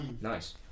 Nice